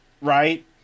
right